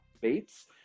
Bates